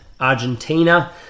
Argentina